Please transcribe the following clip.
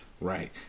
right